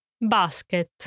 Basket